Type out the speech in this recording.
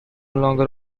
longer